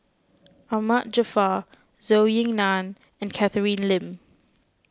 Ahmad Jaafar Zhou Ying Nan and Catherine Lim